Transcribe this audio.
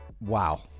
wow